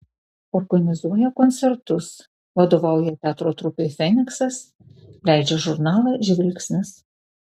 organizuoja koncertus vadovauja teatro trupei feniksas leidžia žurnalą žvilgsnis